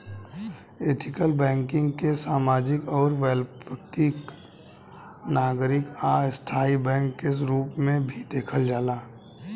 ethical banking के सामाजिक आउर वैकल्पिक नागरिक आ स्थाई बैंक के रूप में भी देखल जाला